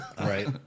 Right